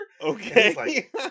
Okay